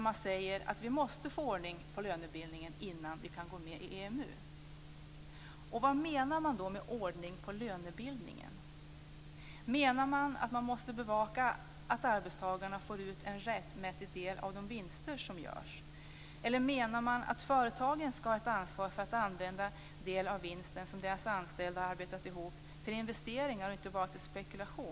Man säger att vi måste få ordning på lönebildningen innan vi kan gå med i EMU. Vad menar man då med ordning på lönebildningen? Menar man att man måste bevaka att arbetstagarna får ut en rättmätig del av de vinster som görs, eller menar man att företagen ska ha ett ansvar för att använda del av vinsten som deras anställda har arbetat ihop till investeringar, och inte bara spekulera?